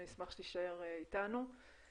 אני אשמח שתישאר איתנו.